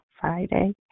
Friday